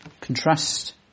Contrast